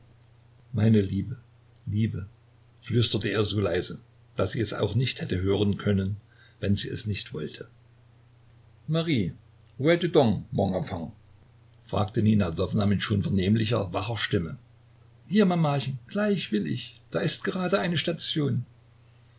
meine liebe liebe flüsterte er so leise daß sie es auch nicht hätte hören können wenn sie es nicht wollte marie o es tu donc mon enfant fragte nina ljwowna mit schon vernehmlicher wacher stimme hier mamachen gleich will ich da ist gerade eine station